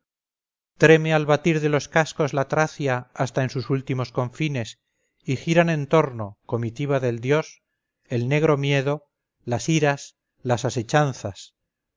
treme al batir de los cascos la tracia hasta en sus últimos confines y giran en torno comitiva del dios el negro miedo las iras las asechanzas